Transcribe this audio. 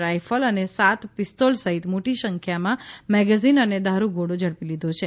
rifle અને સાત pistol સહિત મોટી સંખ્યામાં મેગઝીન અને દારૂ ગોળો ઝડપી લીધો છે